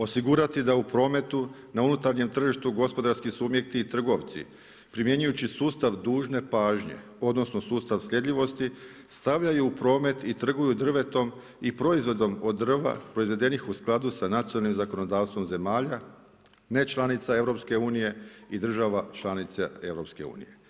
Osigurati da u prometu na unutarnjem tržištu gospodarski subjekti i trgovci primjenjujući sustav dužne pažnje odnosno sustav sljedivosti stavljaju u promet i trguju drvetom i proizvodom od drva proizvedenih u skladu sa nacionalnim zakonodavstvom zemalja nečlanica EU i država članica EU.